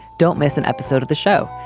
don't miss an episode of the show.